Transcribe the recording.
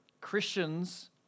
Christians